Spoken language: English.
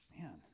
Man